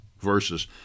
verses